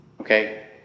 Okay